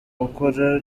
gukora